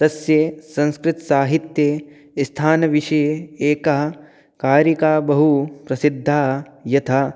तस्य संस्कृतसाहित्ये स्थानविषये एका कारिका बहु प्रसिद्धा यथा